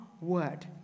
word